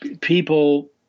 people